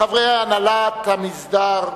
חברי הנהלת המסדר,